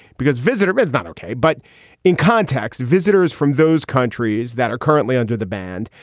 because visitor. is not ok. but in context, visitors from those countries that are currently under the band,